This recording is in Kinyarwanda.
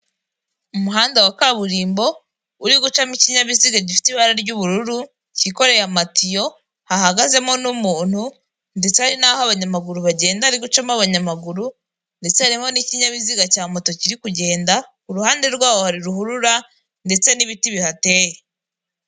Imbere yanjye ndahabona dayihatso y'umweru iri kugenda muri kaburimbo. Ifite karisoro, ikaba ipfutse na shitingi y'ubururu. Hirya yaho hari jaride y'ibiti.